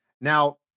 now